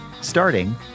Starting